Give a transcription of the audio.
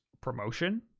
promotion